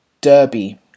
Derby